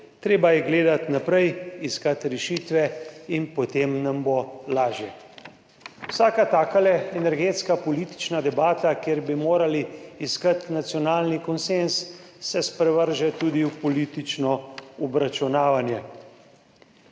Treba je gledati naprej, iskati rešitve, potem nam bo lažje. Vsaka taka energetska politična debata, kjer bi morali iskati nacionalni konsenz, se sprevrže tudi v politično obračunavanje.